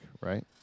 right